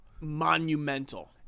monumental